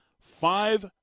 five